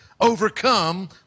overcome